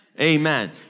Amen